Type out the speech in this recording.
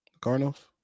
Cardinals